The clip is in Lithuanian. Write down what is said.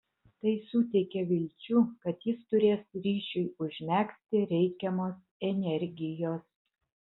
tai suteikė vilčių kad jis turės ryšiui užmegzti reikiamos energijos